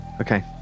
Okay